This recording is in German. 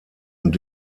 und